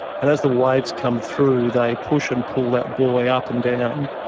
and as the waves come through they push and pull that buoy up and down.